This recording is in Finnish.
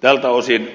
tältä osin